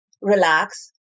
relax